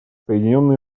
соединенные